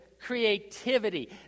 creativity